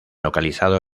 localizado